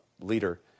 leader